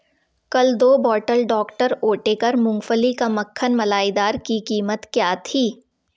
कल दो bottle doctor Oetker मूँगफली का मक्खन मलाईदार की कीमत क्या थी